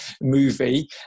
movie